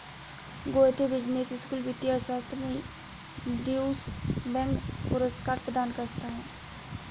Goethe business school वित्तीय अर्थशास्त्र में ड्यूश बैंक पुरस्कार प्रदान करता है